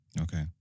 Okay